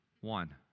One